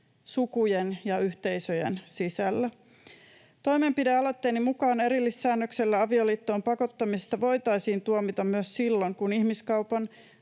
sukujen ja yhteisöjen sisällä. Toimenpidealoitteeni mukaan erillissäännöksellä avioliittoon pakottamisesta voitaisiin tuomita myös silloin, kun ihmiskaupan,